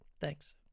Thanks